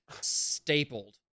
stapled